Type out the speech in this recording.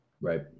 Right